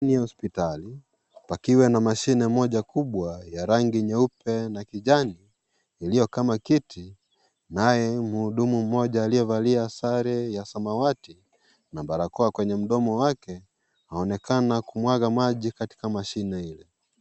Ni hospitali, pakiwe na mashine moja kubwa, ya rangi nyeupe, na kijani, ilio kama kiti, naye mhudumu mmoja aliyevalia sare ya samawati, na barakoa kwenye mdomo wake, aonekana kumwaga maji katika mashine ile.